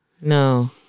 no